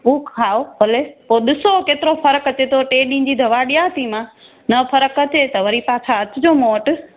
उहा खाओ भले पोइ ॾिसो केतिरो फ़र्क़ु अचे थो टे ॾींहंनि जी दवा ॾियां थी मां न फ़र्क़ु अचे त वरी तव्हां छा अचिजो मूं वटि